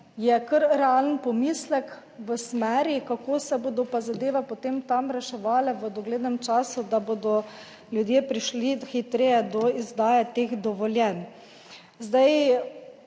je kar realen pomislek v smeri, kako se bodo pa zadeve potem tam reševale v doglednem času, da bodo ljudje prišli hitreje do izdaje teh dovoljenj.